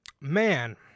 man